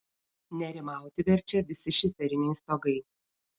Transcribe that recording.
nerimauti verčia visi šiferiniai stogai